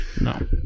no